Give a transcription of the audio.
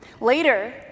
later